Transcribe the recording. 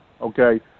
Okay